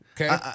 Okay